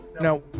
now